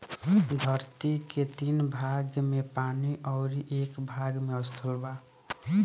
धरती के तीन भाग में पानी अउरी एक भाग में स्थल बा